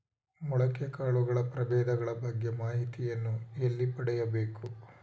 ಮೊಳಕೆ ಕಾಳುಗಳ ಪ್ರಭೇದಗಳ ಬಗ್ಗೆ ಮಾಹಿತಿಯನ್ನು ಎಲ್ಲಿ ಪಡೆಯಬೇಕು?